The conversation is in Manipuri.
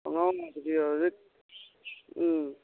ꯊꯣꯡꯅꯥꯎ ꯎꯝ